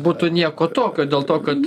būtų nieko tokio dėl to kad